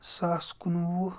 زٕ ساس کُنوُہ